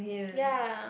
ya